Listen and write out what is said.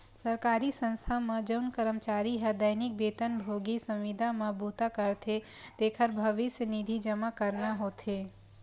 सरकारी संस्था म जउन करमचारी ह दैनिक बेतन भोगी, संविदा म बूता करथे तेखर भविस्य निधि जमा करना होथे